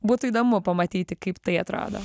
būtų įdomu pamatyti kaip tai atrodo